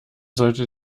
sollte